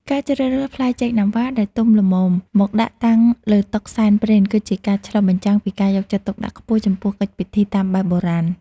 ការជ្រើសរើសផ្លែចេកណាំវ៉ាដែលទុំល្មមមកដាក់តាំងលើតុសែនព្រេន គឺជាការឆ្លុះបញ្ចាំងពីការយកចិត្តទុកដាក់ខ្ពស់ចំពោះកិច្ចពិធីតាមបែបបុរាណ។